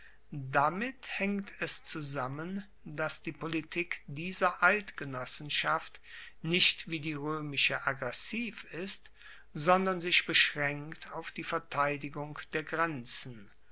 damit haengt es zusammen dass die politik dieser eidgenossenschaft nicht wie die roemische aggressiv ist sondern sich beschraenkt auf die verteidigung der grenzen